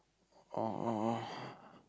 or or or